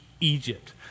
Egypt